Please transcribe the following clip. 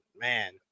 man